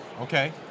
Okay